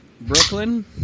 Brooklyn